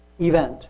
event